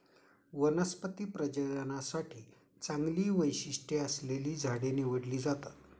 वनस्पती प्रजननासाठी चांगली वैशिष्ट्ये असलेली झाडे निवडली जातात